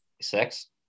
six